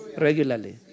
Regularly